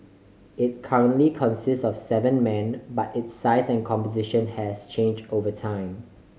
it currently consists of seven men but its size and composition has changed over time